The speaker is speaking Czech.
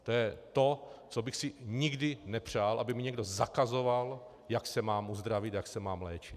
To je to, co bych si nikdy nepřál, aby mi někdo zakazoval, jak se mám uzdravit, jak se mám léčit.